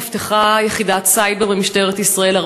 נפתחה יחידת סייבר במשטרת ישראל,